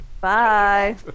bye